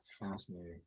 fascinating